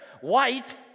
white